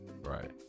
Right